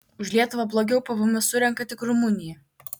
už lietuvą blogiau pvm surenka tik rumunija